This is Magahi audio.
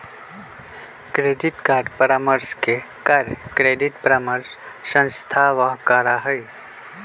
क्रेडिट परामर्श के कार्य क्रेडिट परामर्श संस्थावह करा हई